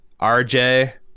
RJ